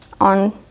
on